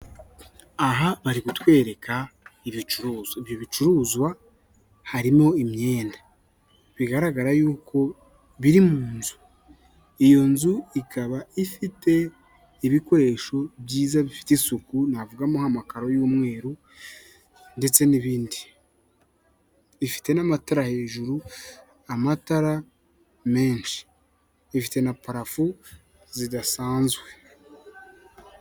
Aha bari kutwereka ibicuruzwa, ibi bicuruzwa harimo imyenda bigaragara yuko biri mu nzu iyo nzu ikaba ifite ibikoresho byiza bifite isuku navugamo amakaro y'umweru ndetse n'ibindi. Ifite n'amatara hejuru amatara menshi. Ifite na parafo zidasanzwe.